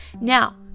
Now